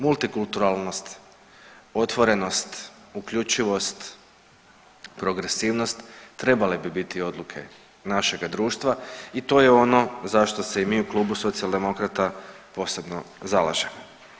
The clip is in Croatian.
Multikulturalnost, otvorenost, uključivost, progresivnost trebale bi biti odluke našega društva i to je ono za što se i mi u Klubu Socijaldemokrata posebno zalažemo.